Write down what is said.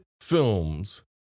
films